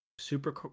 Super